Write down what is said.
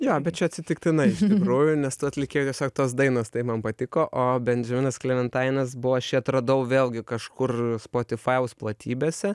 jo bet čia atsitiktinai iš tikrųjų nes tų atlikėjų tiesiog tos dainos taip man patiko o bendžeminas klevintainas buvo aš jį atradau vėlgi kažkur spotifajaus platybėse